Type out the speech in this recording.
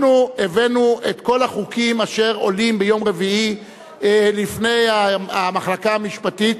אנחנו הבאנו את כל החוקים אשר עולים ביום רביעי לפני המחלקה המשפטית,